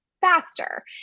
faster